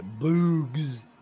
Boogs